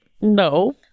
No